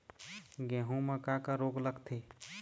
गेहूं म का का रोग लगथे?